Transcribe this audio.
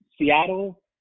Seattle